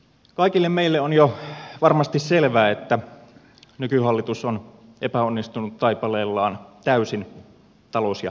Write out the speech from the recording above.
kaikille meille on jo varmasti selvää että nykyhallitus on epäonnistunut taipaleellaan täysin talous ja sosiaalipolitiikassaan